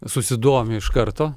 susidomi iš karto